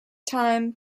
time